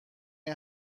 این